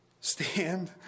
stand